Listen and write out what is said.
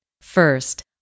First